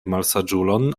malsaĝulon